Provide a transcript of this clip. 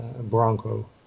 Bronco